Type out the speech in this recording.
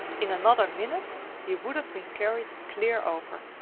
in another minute he would have been carried clear over.